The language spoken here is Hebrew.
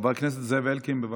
חבר הכנסת זאב אלקין, בבקשה.